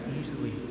easily